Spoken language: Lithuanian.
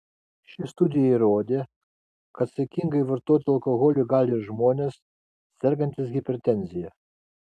ši studija įrodė kad saikingai vartoti alkoholį gali ir žmonės sergantys hipertenzija